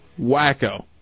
wacko